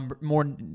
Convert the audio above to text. more